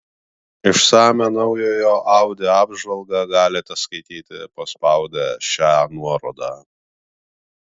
išsamią naujojo audi apžvalgą galite skaityti paspaudę šią nuorodą